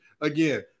again